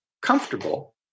comfortable